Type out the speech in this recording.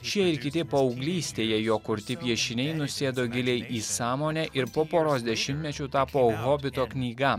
šie ir kiti paauglystėje jo kurti piešiniai nusėdo giliai į sąmonę ir po poros dešimtmečių tapo hobito knyga